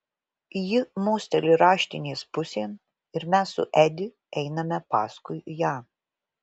ji mosteli raštinės pusėn ir mes su edi einame paskui ją